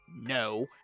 no